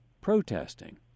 protesting